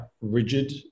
rigid